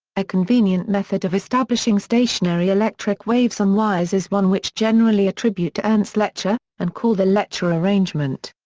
a convenient method of establishing stationary electric waves on wires is one which generally attribute to ernst lecher, and call the lecher arrangement.